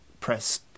press